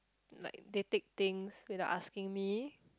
like they take things without asking me